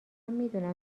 میدونم